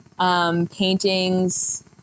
paintings